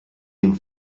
dem